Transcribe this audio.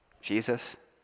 Jesus